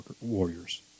warriors